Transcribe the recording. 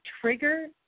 trigger